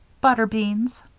butter-beans,